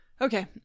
Okay